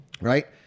Right